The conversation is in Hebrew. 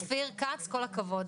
אופיר כץ, כל הכבוד.